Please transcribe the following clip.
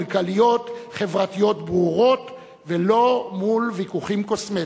כלכליות-חברתיות ברורות ולא מול ויכוחים קוסמטיים.